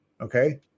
Okay